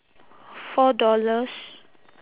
four dollars